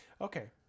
Okay